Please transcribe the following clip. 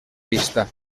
pista